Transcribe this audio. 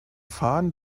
faden